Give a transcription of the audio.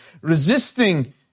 resisting